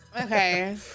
Okay